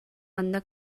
манна